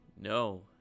No